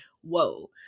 whoa